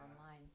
online